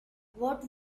what